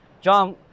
John